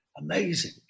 amazing